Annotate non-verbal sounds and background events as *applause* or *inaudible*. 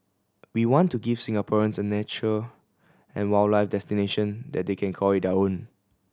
we want to give Singaporeans a nature and wildlife destination that they can call *unintelligible* own